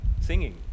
singing